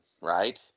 right